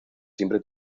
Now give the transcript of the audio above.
siempre